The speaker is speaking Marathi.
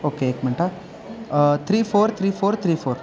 ओके एक मिंट हां three four three four three four